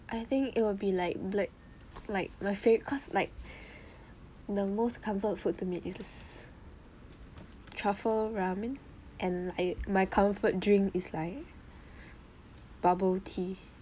I think it will be like black like my fa~ cause like the most comfort food to me is truffle ramen and like my comfort drink is like bubble tea